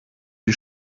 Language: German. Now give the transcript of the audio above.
die